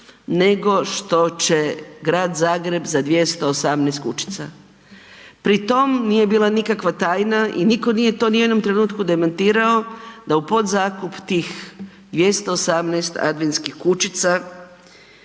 nego što će Grad Zagreb za 218 kućica. Pri tom nije bila nikakva tajna i niko nije to ni u jednom trenutku demantirao da u podzakup tih 218 adventskih kućica